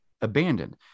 abandoned